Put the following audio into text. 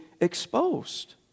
exposed